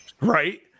Right